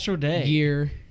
year